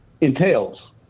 entails